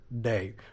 day